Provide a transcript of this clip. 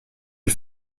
est